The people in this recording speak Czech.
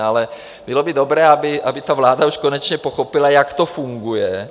Ale bylo by dobré, aby ta vláda už konečně pochopila, jak to funguje.